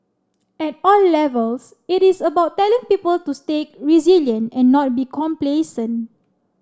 at all levels it is about telling the people to stay resilient and not be complacent